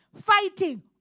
fighting